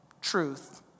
Truth